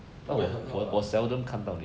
不会很好 lah